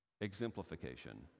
Exemplification